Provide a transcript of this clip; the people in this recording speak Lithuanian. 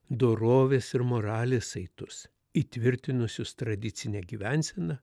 dorovės ir moralės saitus įtvirtinusius tradicinę gyvenseną